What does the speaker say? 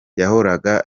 yahoraga